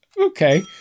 Okay